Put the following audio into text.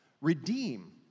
redeem